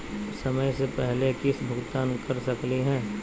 समय स पहले किस्त भुगतान कर सकली हे?